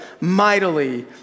mightily